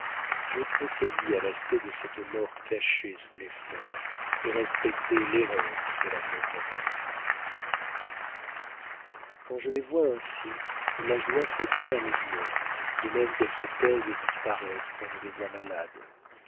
je tressaillis à l'aspect de cette mort cachée sous les fleurs et respectai l'erreur de la pauvre mère quand je les vois ainsi la joie fait taire mes douleurs de même qu'elles se taisent et disparaissent quand je les vois malades